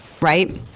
right